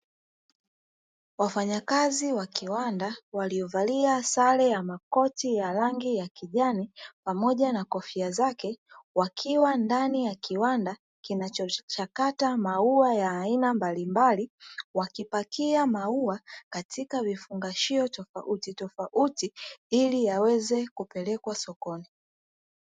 Wafanyakazi wa kiwanda walio valia sare ya makoti ya rangi ya kijani pamoja na kofia zake wakiwa ndani ya kiwanda kinachochakata maua ya aina mbalimbali, wakipakia maua katika vifungashio tofautitofauti ili yaweze kupelekwa sokoni.